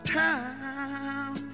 time